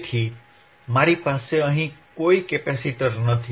તેથી મારી પાસે અહીં કોઈ કેપેસિટર નથી